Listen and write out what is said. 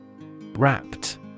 Wrapped